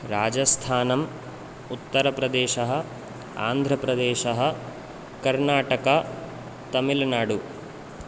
राजस्थानम् उतत्रप्रदेशः आन्ध्रप्रदेशः कर्नाटकः तमिल्नाडु